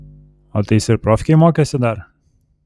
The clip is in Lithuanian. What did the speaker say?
o tai jis ir profkėj mokėsi dar